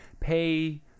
pay